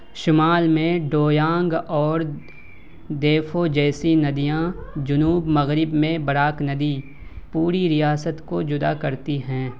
شمال میں ڈویانگ اور دیفو جیسی ندیاں جنوب مغرب میں براک ندی پوری ریاست کو جدا کرتی ہیں